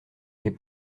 mais